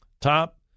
top